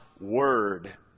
Word